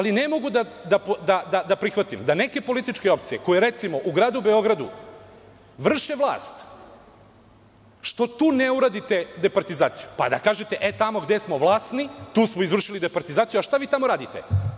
Ne mogu da prihvatim da neke političke opcije, koje u gradu Beogradu vrše vlast, što tu ne uradite departizaciju, pa da kažete, tamo gde smo vlasni, tu smo izvršili departizaciju, a šta vi tamo radite?